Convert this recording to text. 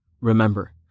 remember